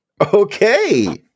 Okay